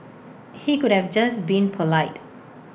he could have just been polite